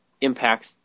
impacts